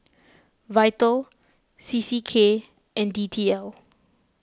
V I T A L C C K and D T L